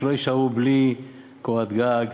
שלא יישארו בלי קורת גג,